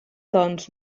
doncs